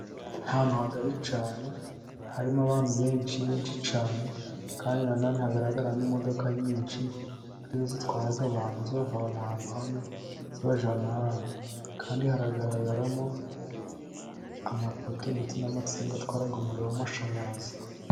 Ahantu hagari cyane harimo abantu benshi benshi cyane. Kandi na none hagaragaramo imodoka nyinshi arizo zitwara abantu zibavana ahantu hamwe zibajyana ahandi, kandi haragaragaramo amapoto ndetse n'amatsinga atwara umuriro w'amashanyarazi.